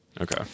Okay